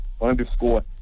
underscore